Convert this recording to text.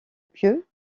pieux